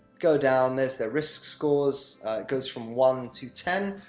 go down, there's their risk scores goes from one to ten.